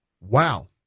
Wow